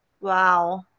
Wow